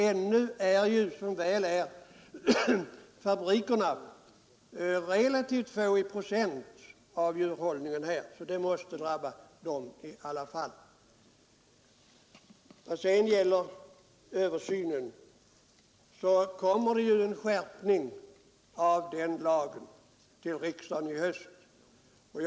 Ännu utgör — som väl är — djurfabrikerna bara relativt mindre del av den totala djurhållningen. När det gäller frågan om översyn av lagen får ju riksdagen i höst ta ställning till ett förslag om skärpning av densamma.